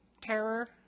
terror